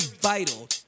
vital